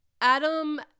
adam